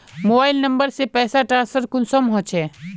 Mobile number से पैसा transfer कुंसम होचे?